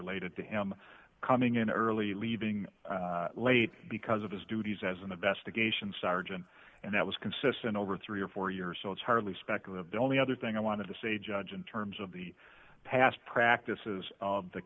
related to him coming in early leaving late because of his duties as an investigation sergeant and that was consistent over three or four years so it's hardly speculative the only other thing i wanted to say judge in terms of the past practices of the